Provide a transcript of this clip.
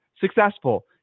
successful